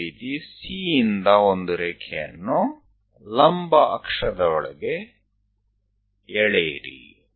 ಅದೇ ರೀತಿ C ಇಂದ ಒಂದು ರೇಖೆಯನ್ನು ಲಂಬ ಅಕ್ಷದವರೆಗೆ ಎಳೆಯಿರಿ